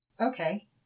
Okay